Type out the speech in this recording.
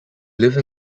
live